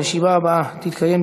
הישיבה הבאה תתקיים,